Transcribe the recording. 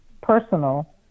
personal